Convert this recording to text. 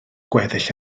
gweddill